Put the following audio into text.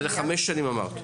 זה לחמש שנים, אמרת.